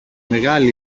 μεγάλη